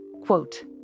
quote